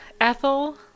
Ethel